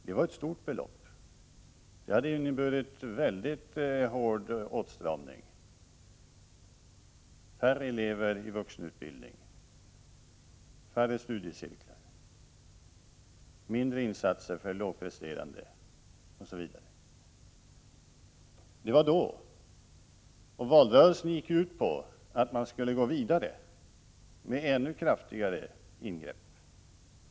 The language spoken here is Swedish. Det var ett stort belopp, och det hade inneburit en väldigt hård åtstramning med färre elever i vuxenutbildning, färre studiecirklar, mindre insatser för lågpresterande osv. Det var då. Valrörelsen gick ut på att man skulle gå vidare med ännu kraftigare ingrepp.